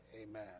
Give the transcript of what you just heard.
Amen